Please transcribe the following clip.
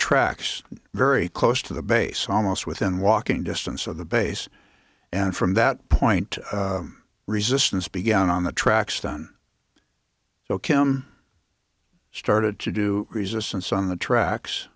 tracks very close to the base almost within walking distance of the base and from that point resistance began on the tracks done so kim started to do resistance on the tracks